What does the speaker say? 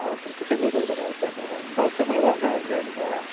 अहो तुमचं सगळं बरोबर आहे पण पावसामुळे वारा हे झाले त्या